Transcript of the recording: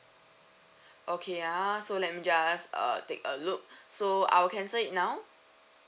okay ah so let me just uh take a look so I'll cancel it now